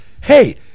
Hey